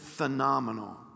Phenomenal